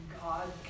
God